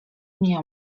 mnie